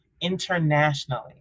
internationally